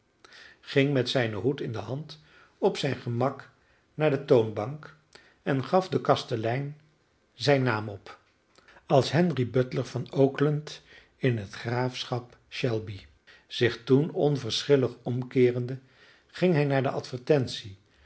ging met zijnen hoed in de hand op zijn gemak naar de toonbank en gaf den kastelein zijn naam op als henry butler van oakland in het graafschap shelby zich toen onverschillig omkeerende ging hij naar de advertentie